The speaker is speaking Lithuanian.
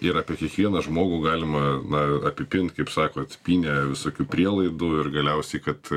ir apie kiekvieną žmogų galima na apipint kaip sakot pynę visokių prielaidų ir galiausiai kad